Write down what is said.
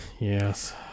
Yes